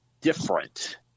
different